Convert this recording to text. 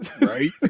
Right